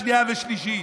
שנייה ושלישית,